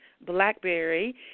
BlackBerry